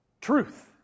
Truth